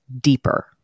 deeper